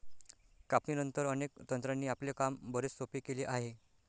कापणीनंतर, अनेक तंत्रांनी आपले काम बरेच सोपे केले आहे